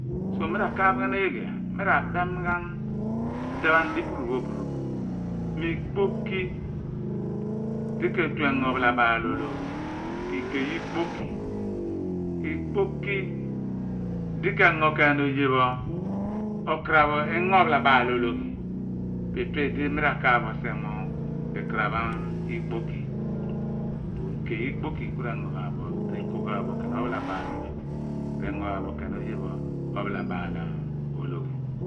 So m, ra kaaphan eeghie m. i abem ghan odaphan dipuru pno opuru bo ikpoki di ke tue engo ophalabaal oloyhl pi igey ikpoki. Ikpoki di ke/tne engo oye ophalabaal ologhi po ipe idi m rakaaph bo sien mo ikaraph ikpoki igey ku rengo r´eko ghan bo ophar labaal olighi pho rengo ghan bo oye pho ophalabaal olighi